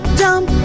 jump